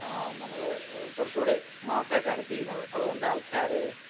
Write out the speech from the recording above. ആ നമ്മൾ കുറച്ചുകൂടെ മാസ്സായിട്ടാണ് ചെയ്യുന്നത് അതുകൊണ്ട് ആൾക്കാർ